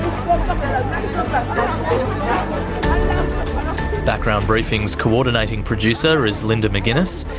um background briefing's co-ordinating producer is linda mcginness,